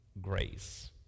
grace